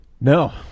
No